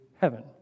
heaven